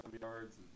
yards